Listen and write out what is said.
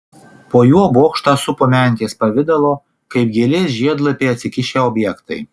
po juo bokštą supo mentės pavidalo kaip gėlės žiedlapiai atsikišę objektai